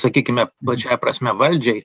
sakykime plačiąja prasme valdžiai